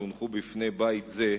שהונחו בפני בית זה,